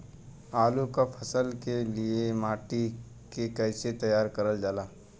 आलू क फसल के लिए माटी के कैसे तैयार करल जाला?